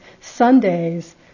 Sundays